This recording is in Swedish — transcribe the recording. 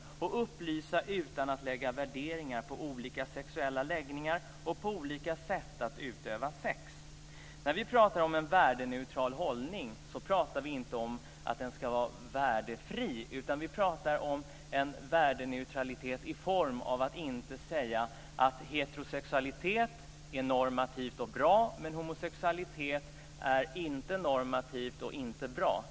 Skolan ska upplysa, utan att lägga värderingar på olika sexuella läggningar och på olika sätt att utöva sex. När vi pratar om en värdeneutral hållning så pratar vi inte om att den ska vara värdefri, utan vi pratar om en värdeneutralitet i form av att inte säga att heterosexualitet är normativt och bra, men att homosexualitet inte är normativt och inte bra.